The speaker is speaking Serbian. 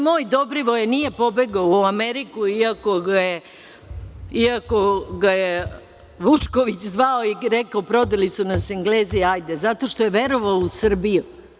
Moj Dobrivoje nije pobegao u Ameriku, iako ga je Vučković zvao i rekao – prodali su nas Englezi, hajde, zato što je verovao u Srbiju.